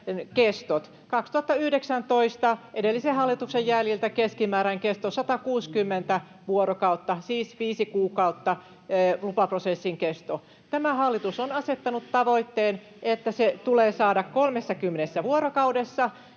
2019, edellisen hallituksen jäljiltä, keskimääräinen kesto oli 160 vuorokautta, siis viisi kuukautta oli lupaprosessin kesto. Tämä hallitus on asettanut tavoitteen, että se tulee saada 30 vuorokaudessa.